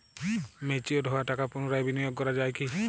Mature হওয়া টাকা পুনরায় বিনিয়োগ করা য়ায় কি?